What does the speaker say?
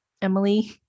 Emily